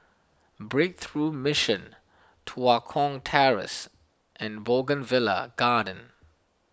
Breakthrough Mission Tua Kong Terrace and Bougainvillea Garden